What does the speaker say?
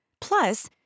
Plus